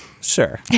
Sure